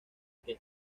que